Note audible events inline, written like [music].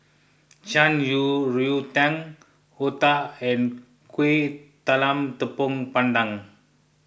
Shan [unintelligible] Rui Tang Otah and Kuih Talam Tepong Pandan